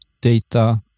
data